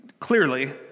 clearly